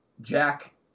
Jack